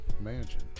Mansion